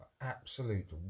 absolute